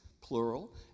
plural